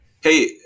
Hey